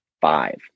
five